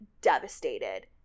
devastated